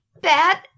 bad